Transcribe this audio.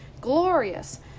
Glorious